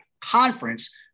conference